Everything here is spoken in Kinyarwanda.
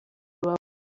rubavu